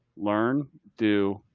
learn, do,